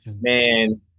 man